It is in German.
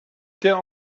der